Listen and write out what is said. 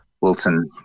Wilton